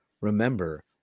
remember